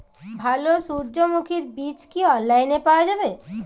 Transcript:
ভালো সূর্যমুখির বীজ কি অনলাইনে পাওয়া যায়?